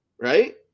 right